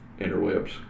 interwebs